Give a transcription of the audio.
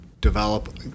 develop